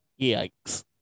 yikes